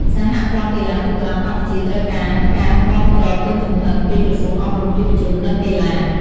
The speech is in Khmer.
សហព័ន្ធកីឡាទូកក្ដោងកម្ពុជាត្រូវការការគាំទ្រពេញទំហឹងពីក្រសួងអប់រំ យុវជន និងកីឡា។